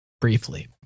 briefly